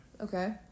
Okay